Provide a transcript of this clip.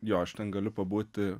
jo aš ten galiu pabūti